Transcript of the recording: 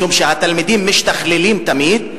משום שהתלמידים משתכללים תמיד,